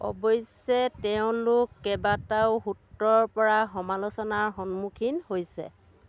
অৱশ্যে তেওঁলোক কেইবাটাও সূত্ৰৰপৰা সমালোচনাৰ সন্মুখীন হৈছে